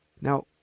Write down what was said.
Now